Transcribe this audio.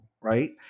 right